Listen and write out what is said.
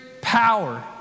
power